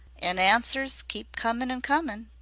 an' answers keeps comin' and comin'.